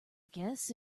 guess